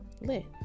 Lit